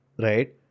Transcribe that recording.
Right